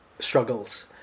struggles